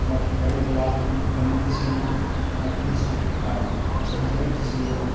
बड़े ब्लॉक न बड़ियां तसीलां न लाटी तसील ऐ रामनगर बसंतगढ तसील ऐ